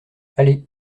allez